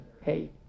hey